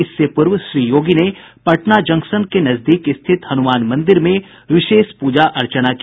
इससे पूर्व श्री योगी ने पटना जंक्शन के नजदीक स्थित हन्मान मंदिर में विशेष प्रजा अर्चना की